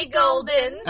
golden